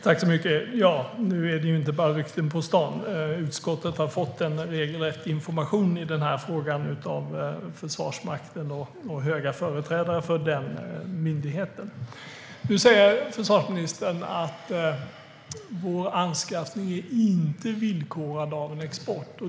Fru talman! Nu är det inte bara rykten på stan. Utskottet har fått regelrätt information i den här frågan av höga företrädare för Försvarsmakten. Nu säger försvarsministern att vår anskaffning inte är villkorad av export.